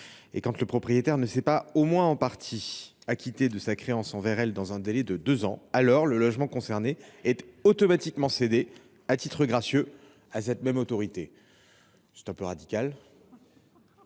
et où le propriétaire ne s’est pas, au moins en partie, acquitté de sa créance envers elle dans un délai de deux ans, le logement concerné soit automatiquement cédé, à titre gracieux, à ladite commune. C’est un peu radical…